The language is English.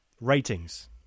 ratings